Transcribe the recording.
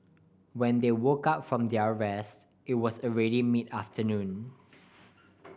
when they woke up from their rest it was already mid afternoon